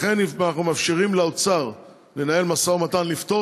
לכן אנחנו מאפשרים לאוצר לנהל משא-ומתן ולפתור